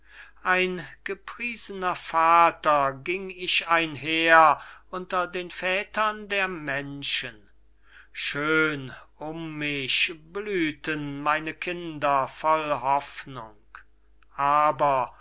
ein gepriesener vater ging ich einher unter den vätern der menschen schön um mich blühten meine kinder voll hoffnung aber